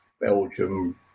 Belgium